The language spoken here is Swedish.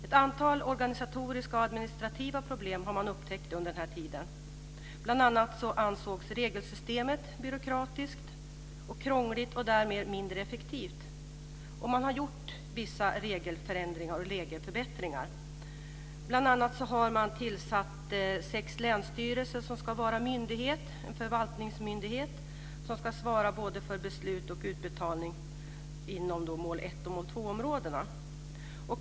Ett antal organisatoriska och administrativa problem har man upptäckt under den här tiden. Regelsystemet ansågs byråkratiskt och krångligt och därmed mindre effektivt. Man har gjort vissa regelförändringar och regelförbättringar. Bl.a. har man tillsatt sex länsstyrelser som ska vara en förvaltningsmyndighet som ska svara för beslut och utbetalning inom mål 1 och mål 2-områdena.